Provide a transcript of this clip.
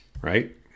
right